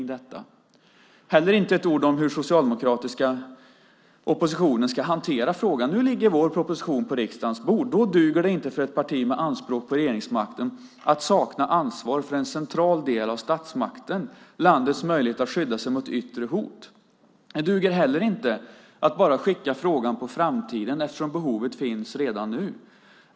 Hon säger inte heller ett ord om hur den socialdemokratiska oppositionen ska hantera frågan. Nu ligger vår proposition på riksdagens bord. Då duger det inte för ett parti med anspråk på regeringsmakten att sakna ansvar för en central del av statsmakten - landets möjlighet att skydda sig mot yttre hot. Det duger heller inte att bara skjuta frågan på framtiden. Behovet finns redan nu.